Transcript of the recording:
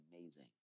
amazing